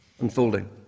unfolding